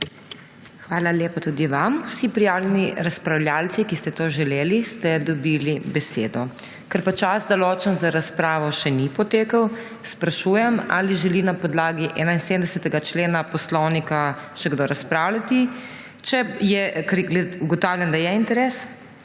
Hvala lepa tudi vam. Vsi prijavljeni razpravljavci, ki ste to želeli, ste dobili besedo. Ker čas, določen za razpravo, še ni potekel, sprašujem, ali želi na podlagi 71. člena Poslovnika še kdo razpravljati. Ugotavljam, da je interes.